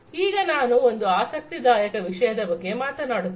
ಈಗ ನಾನು ಒಂದು ಆಸಕ್ತಿದಾಯಕ ವಿಷಯದ ಬಗ್ಗೆ ಮಾತನಾಡುತ್ತೇನೆ